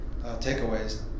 takeaways